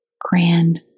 grand